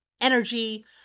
energy